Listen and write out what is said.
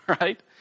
right